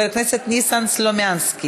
התשע"ו 2016,